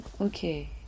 Okay